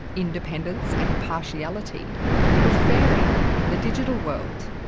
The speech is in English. independence, and impartiality were faring in the digital world.